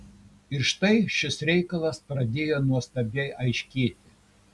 ir štai šis reikalas pradėjo nuostabiai aiškėti